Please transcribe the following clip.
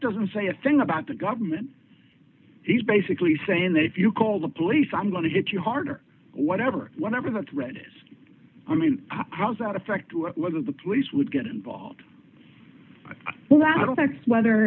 doesn't say a thing about the government he's basically saying that if you call the police i'm going to hit you hard or whatever whatever the threat is i mean how does that affect what wasn't the police would get involved well that affects whether or